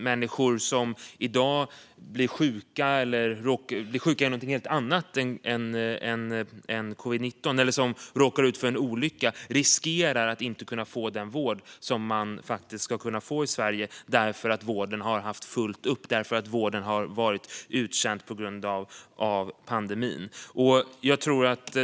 Människor som i dag blir sjuka i någonting helt annat än covid-19 eller som råkar ut för en olycka riskerar att inte kunna få den vård som de ska kunna få i Sverige på grund av att vården har haft fullt upp och på grund av att vården har varit uttjänt på grund av pandemin.